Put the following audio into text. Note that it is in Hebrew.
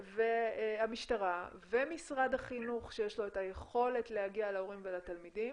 והמשטרה ומשרד החינוך שיש לו את היכולת להגיע להורים ולתלמידים,